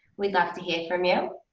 we'd love to hear from you.